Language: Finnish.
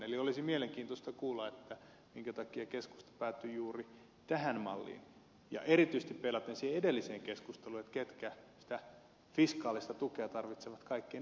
eli olisi mielenkiintoista kuulla minkä takia keskusta päätyi juuri tähän malliin ja erityisesti peilaten siihen edelliseen keskusteluun ketkä sitä fiskaalista tukea tarvitsevat kaikkein eniten tässä yhteiskunnassa